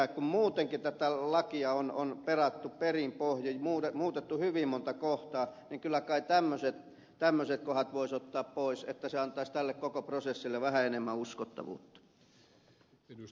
kun muutenkin tätä lakia on perattu perin pohjin muutettu hyvin monta kohtaa kyllä kai tämmöiset kohdat voisi ottaa pois että se antaisi tälle koko prosessille vähän enemmän uskottavuutta